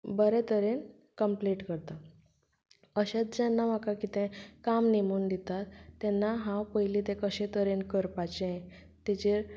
बरे तरेन कंप्लिट करता अशेंच जेन्ना म्हाका कितें काम नेमून दितात तेन्ना हांव पयलें तें कशें तरेन करपाचें ताजेर